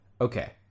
okay